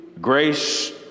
grace